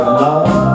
love